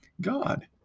God